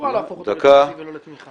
לא בא להפוך אותו לתקציב ולא לתמיכה.